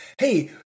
hey